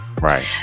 right